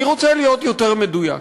אני רוצה להיות יותר מדויק: